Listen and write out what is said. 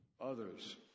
Others